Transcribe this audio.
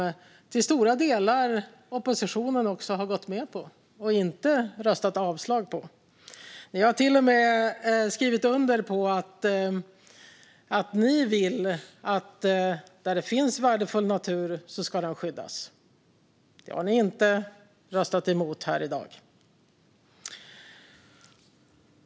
Till stora delar har även oppositionen gått med på den och inte röstat för avslag. Där det finns värdefull natur ska den skyddas, har ni till och med skrivit under på att ni vill. Det har ni inte röstat emot här i dag.